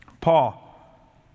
Paul